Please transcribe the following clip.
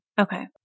Okay